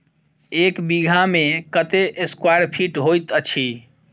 एक बीघा मे कत्ते स्क्वायर फीट होइत अछि?